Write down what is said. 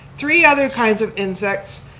three other kinds of insects,